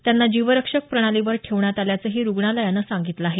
त्यांना जीवरक्षक प्रणालीवर ठेवण्यात आल्याचंही रुग्णालयानं सांगितलं आहे